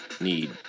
need